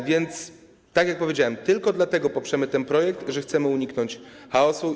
A więc, tak jak powiedziałem, tylko dlatego poprzemy ten projekt, że chcemy uniknąć chaosu.